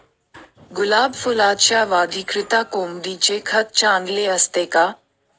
गुलाब फुलाच्या वाढीकरिता कोंबडीचे खत चांगले असते का?